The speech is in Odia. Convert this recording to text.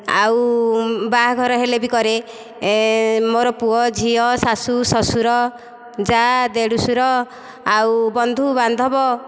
ଆଉ ବାହାଘର ହେଲେ ବି କରେ ମୋର ପୁଅ ଝିଅ ଶାଶୁ ଶ୍ଵଶୁର ଯାଆ ଦେଢ଼ଶୁର ଆଉ ବନ୍ଧୁ ବାନ୍ଧବ